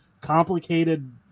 complicated